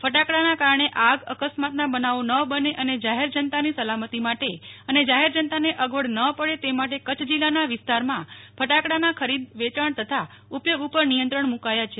ફટાકડાના કારણે આગ અકસ્માતના બનાવો ન બને અને જાહેર જનતાની સલામતી માટે અને જાહેર જનતાને અગવડ ન પડે તે માટે કચ્છ જિલ્લાના વિસ્તારમાં ફટાકડાના ખરીદ વેચાણ તથા ઉપયોગ ઉપર નિયંત્રણ મુકાયા છે